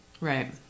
Right